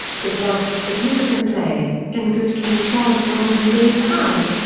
his last significant play, in good king charles golden days has,